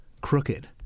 crooked